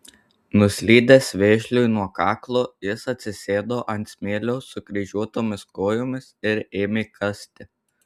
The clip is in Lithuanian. nuslydęs vėžliui nuo kaklo jis atsisėdo ant smėlio sukryžiuotomis kojomis ir ėmė kasti